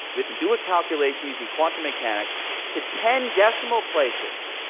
we can do a calculation using quantum mechanics to ten decimal places,